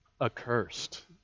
accursed